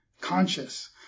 conscious